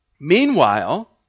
Meanwhile